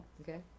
okay